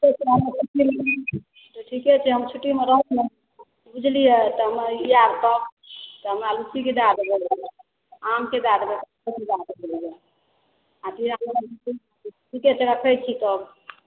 ठीक छै तऽ ठीके छै हम छुट्टीमे रहब बुझलियै तऽ हमरा यादसँ हमरा लीचीके दए देबै आमके दए देबै आ तिवरा मिराके फुल ठीके छै तब रखै छी तहन